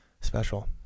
special